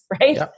right